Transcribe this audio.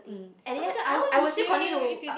mm at the end I I will still continue to uh